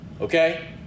okay